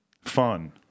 fun